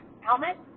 helmet